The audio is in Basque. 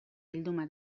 bilduma